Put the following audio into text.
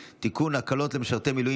מצביע, חבר הכנסת פסל?